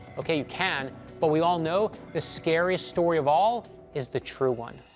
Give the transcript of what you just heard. okay, you can, but we all know the scariest story of all is the true one.